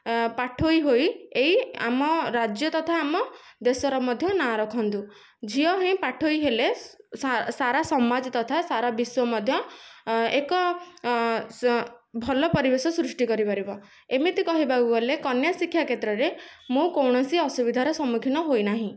ପାଠୋଇ ହୋଇ ଏଇ ଆମ ରାଜ୍ୟ ତଥା ଆମ ଦେଶ ର ମଧ୍ୟ ନାଁ ରଖନ୍ତୁ ଝିଅ ହିଁ ପାଠୋଇ ହେଲେ ସାରା ସମାଜ ତଥା ସାରା ବିଶ୍ୱ ମଧ୍ୟ ଏକ ଭଲ ପରିବେଶ ସୃଷ୍ଟି କରିପାରିବ ଏମିତି କହିବାକୁ ଗଲେ କନ୍ୟା ଶିକ୍ଷା କ୍ଷେତ୍ରରେ ମୁଁ କୋଣସି ଅସୁବିଧାର ସମ୍ମୁଖୀନ ହୋଇନାହିଁ